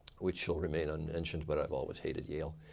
which shall remain unmentioned, but i've always hated yale.